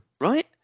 right